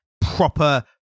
proper